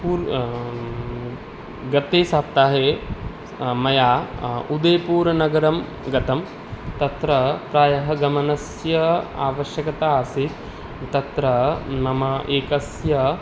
पूर् गते सप्ताहे मया उदयपुरनगरं गतं तत्र प्रायः गमनस्य आवश्यकता आसीत् तत्र नाम एकस्य